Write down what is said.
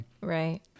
Right